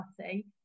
party